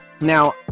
Now